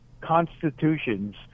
constitutions